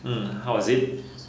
hmm how was it